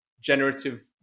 generative